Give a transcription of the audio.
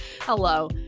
hello